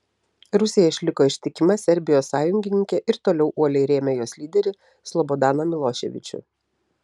rusija išliko ištikima serbijos sąjungininkė ir toliau uoliai rėmė jos lyderį slobodaną miloševičių